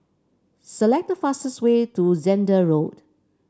select the fastest way to Zehnder Road